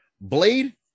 Blade